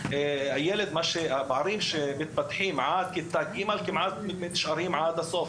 ילדים שמחזיקים במערכת עד כיתה ג׳ כמעט ונשארים עד הסוף,